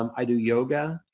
um i do yoga.